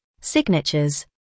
signatures